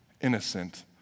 innocent